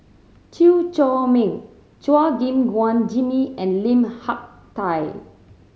Chew Chor Meng Chua Gim Guan Jimmy and Lim Hak Tai